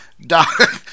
Doc